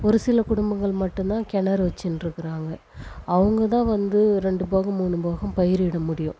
ஒரு சில குடும்பங்கள் மட்டும்தான் கிணறு வைச்சின்டிருக்காங்க அவங்கதான் வந்து ரெண்டு போகம் மூணு போகம் பயிரிட முடியும்